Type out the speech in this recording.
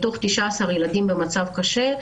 מתוך 19 ילדים במצב קשה,